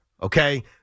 okay